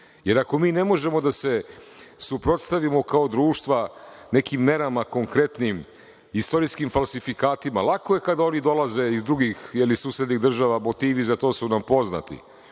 jer ako mi ne možemo da se suprotstavimo kao društva nekim merama konkretnim istorijskim falsifikatima, lako je kada oni dolaze iz drugih ili susednih država, motivi za to su nam poznati